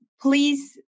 Please